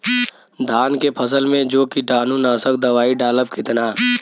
धान के फसल मे जो कीटानु नाशक दवाई डालब कितना?